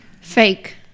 fake